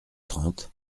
trente